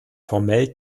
formell